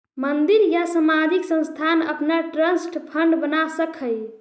मंदिर या सामाजिक संस्थान अपना ट्रस्ट फंड बना सकऽ हई